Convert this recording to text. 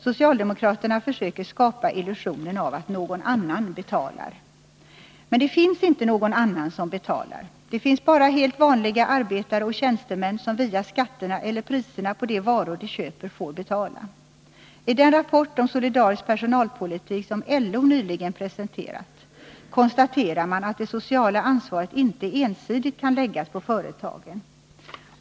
Socialdemokraterna försöker skapa illusionen av att någon annan betalar. Men det finns inte någon annan som betalar. Det finns bara helt vanliga arbetare och tjänstemän som via skatterna eller priserna på de varor de köper får betala. I den rapport om solidarisk personalpolitik som LO nyligen presenterat konstaterar man att det sociala ansvaret inte ensidigt kan läggas på företagen.